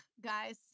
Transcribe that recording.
guys